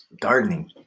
Gardening